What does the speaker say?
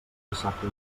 dissabte